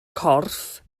corff